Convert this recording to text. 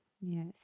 Yes